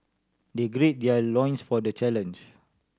they gird their loins for the challenge